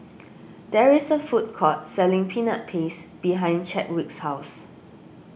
there is a food court selling Peanut Paste behind Chadwick's house